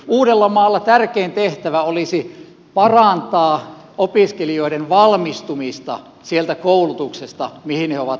uudellamaalla tärkein tehtävä olisi parantaa opiskelijoiden valmistumista siitä koulutuksesta mihin he ovat menneet